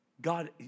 God